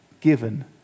given